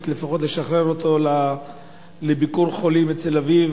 לפחות לשחרר אותו לביקור חולים אצל אביו